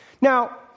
Now